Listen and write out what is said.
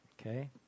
Okay